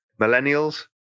millennials